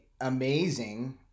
amazing